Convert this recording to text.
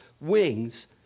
wings